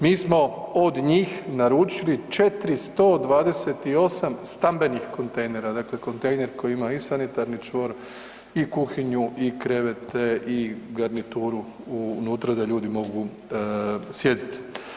Mi smo od njih naručili 428 stambenih kontejnera, dakle kontejner koji ima i sanitarni čvor i kuhinju i krevete i garnituru unutra da ljudi mogu sjediti.